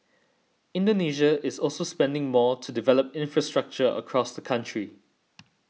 Indonesia is also spending more to develop infrastructure across the country